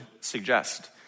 suggest